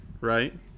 right